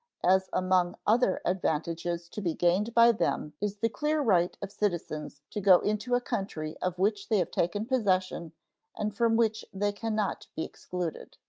as among other advantages to be gained by them is the clear right of citizens to go into a country of which they have taken possession and from which they can not be excluded.